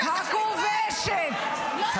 הכובשת,